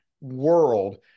world